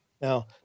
Now